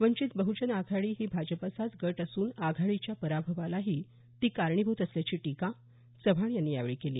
वंचित बह्जन आघाडी ही भाजपचाच गट असून आघाडीच्या पराभवालाही ती कारणीभूत असल्याची टीका चव्हाण यांनी यावेळी केली